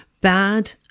bad